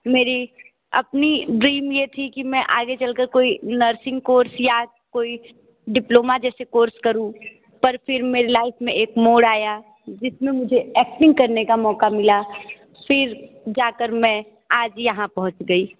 मेरी अपनी ड्रीम ये थी कि मैं आगे चल कर कोई नर्सिंग कोर्स या कोई डिप्लोमा जैसे कोर्स करूँ पर फिर मेरी लाइफ़ में एक मोड़ आया जिस में मुझे एक्टिंग करने का मौक़ा मिला फिर जा कर मैं आज यहाँ पहुंच गई